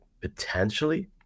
potentially